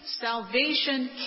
salvation